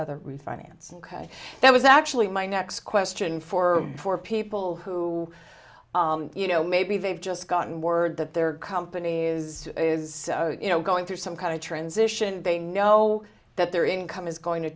other refinancing because that was actually my next question for for people who you know maybe they've just gotten word that their company is is you know going through some kind of transition they know that their income is going to